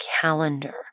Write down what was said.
calendar